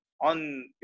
on